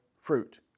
fruit